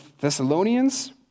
Thessalonians